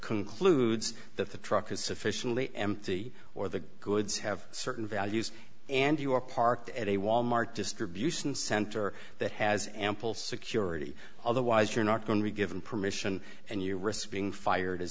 concludes that the truck is sufficiently empty or the goods have certain values and you are parked at a wal mart distribution center that has ample security otherwise you're not going to be given permission and you risk being fired a